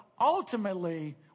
ultimately